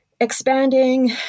expanding